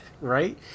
Right